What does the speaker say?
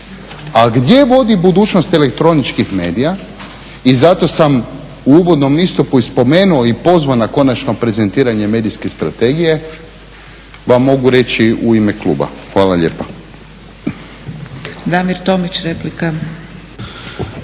A gdje vodi budućnost elektroničkih medija i zato sam u uvodnom istupu i spomenuo i pozvao na konačno prezentiranje medijske strategije vam mogu reći u ime kluba. Hvala lijepa.